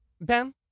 Ben